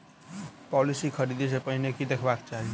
Policy खरीदै सँ पहिने की देखबाक चाहि?